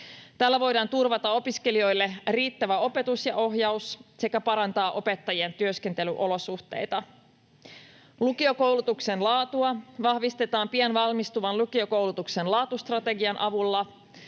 Tällä voidaan turvata opiskelijoille riittävä opetus ja ohjaus sekä parantaa opettajien työskentelyolosuhteita. Lukiokoulutuksen laatua vahvistetaan pian valmistuvan lukiokoulutuksen laatustrategian avulla.